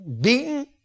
beaten